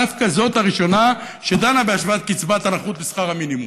דווקא זאת הראשונה שדנה בהשוואת קצבת הנכות לשכר המינימום.